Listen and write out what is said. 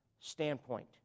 standpoint